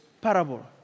parable